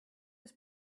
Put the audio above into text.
his